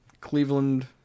Cleveland